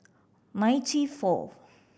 ninety fourth